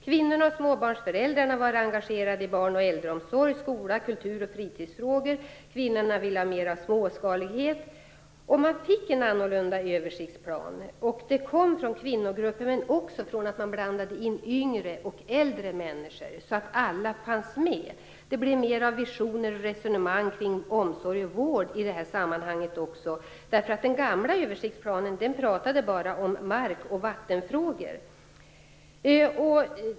Kvinnorna och småbarnsföräldrarna var engagerade i barn och äldreomsorg, skola, kultur och fritidsfrågor. Kvinnorna vill ha mer småskalighet. Man fick en annorlunda översiktsplan. Det kom från kvinnogrupper, men också från att man blandade in yngre och äldre människor så att alla fanns med. Det blev mer av visioner och resonemang kring omsorg och vår i detta sammanhang. Den gamla översiktsplanen handlade bara om mark och vattenfrågor.